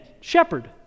Shepherd